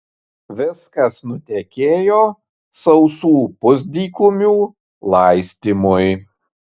viskas nutekėjo sausų pusdykumių laistymui